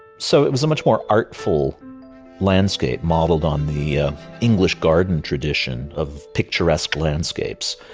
so it was a much more artful landscape modeled on the ah english garden tradition of picturesque landscapes,